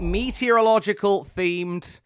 meteorological-themed